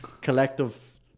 collective